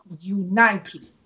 united